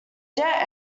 jet